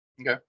okay